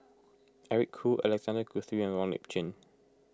Eric Khoo Alexander Guthrie and Wong Lip Chin